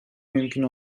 mümkün